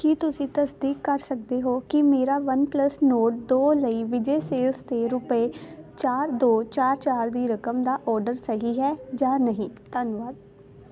ਕੀ ਤੁਸੀਂ ਤਸਦੀਕ ਕਰ ਸਕਦੇ ਹੋ ਕਿ ਮੇਰਾ ਵਨਪਲੱਸ ਨੋਰਡ ਦੋ ਲਈ ਵਿਜੇ ਸੇਲਜ਼ 'ਤੇ ਰੁਪਏ ਚਾਰ ਦੋ ਚਾਰ ਚਾਰ ਦੀ ਰਕਮ ਦਾ ਆਡਰ ਸਹੀ ਹੈ ਜਾਂ ਨਹੀਂ ਧੰਨਵਾਦ